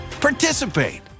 participate